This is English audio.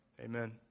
Amen